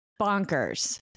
bonkers